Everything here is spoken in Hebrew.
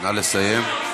נא לסיים.